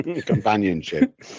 Companionship